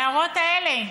להערות האלה.